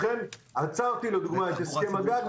לכן עצרתי לדוגמה את הסכם הגג,